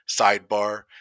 sidebar